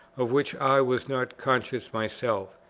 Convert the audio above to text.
of which i was not conscious myself.